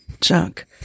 junk